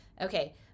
Okay